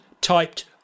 typed